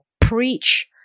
preach